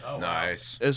Nice